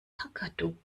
kakadu